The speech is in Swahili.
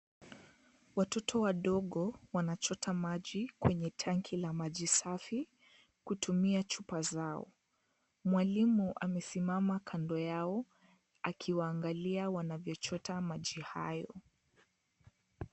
Watoto wadogo wanachota maji kwenye tanki la maji safi kutumia chupa zao. Mwalimu amesimama kando yao akiwaangalia wanapochota maji hayo.